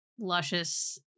luscious